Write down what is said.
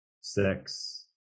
six